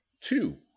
two